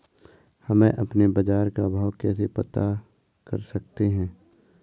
हम अपने बाजार का भाव कैसे पता कर सकते है?